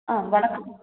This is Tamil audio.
ஆ வணக்கம்